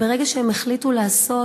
וברגע שהם החליטו לעשות,